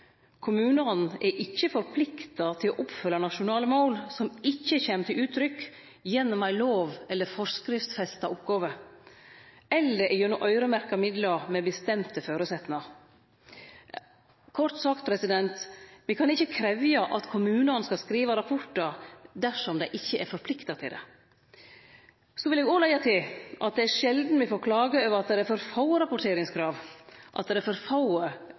Kommunane er ikkje forplikta til å oppfylle nasjonale mål som ikkje kjem til uttrykk gjennom ei lov- eller forskriftsfesta oppgåve, eller gjennom øyremerkte midlar med bestemte føresetnader. Kort sagt: Me kan ikkje krevje at kommunane skal skrive rapportar dersom dei ikkje er forplikta til det. So vil eg òg leggje til at det er sjeldan me får klager over at det er for få rapporteringskrav, for få skjema som skal fyllast ut. Eg er glad for